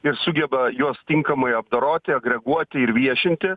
ir sugeba juos tinkamai apdoroti agreguoti ir viešinti